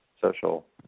social